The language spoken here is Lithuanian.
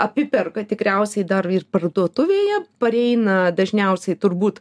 apiperka tikriausiai dar ir parduotuvėje pareina dažniausiai turbūt